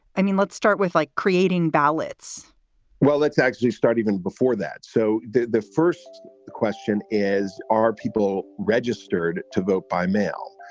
i mean, let's start with like creating ballots well, let's actually start even before that so the the first question is, are people registered to vote by mail?